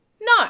No